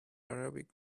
arabic